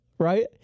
right